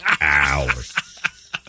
hours